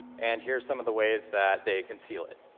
and here are some of the ways that they concealed it.